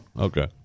Okay